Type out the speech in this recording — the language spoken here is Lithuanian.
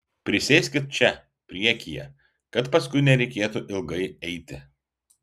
prisėskit čia priekyje kad paskui nereikėtų ilgai eiti